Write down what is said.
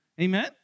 Amen